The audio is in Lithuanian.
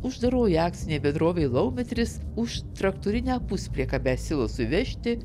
uždaroji akcinė bendrovė laumetris už traktorinę puspriekabę silosui vežti